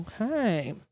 Okay